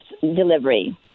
delivery